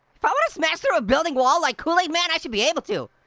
if i wanna smash through a building wall like kool-aid man, i should be able to.